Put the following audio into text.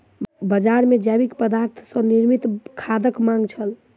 बजार मे जैविक पदार्थ सॅ निर्मित खादक मांग छल